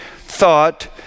thought